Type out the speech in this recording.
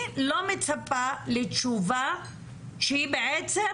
אני לא מצפה לתשובה שהיא בעצם,